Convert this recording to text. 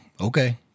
okay